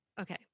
Okay